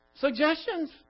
suggestions